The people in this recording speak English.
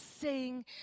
sing